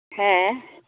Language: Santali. ᱦᱮᱸ